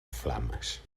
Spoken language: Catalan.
flames